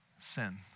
Sin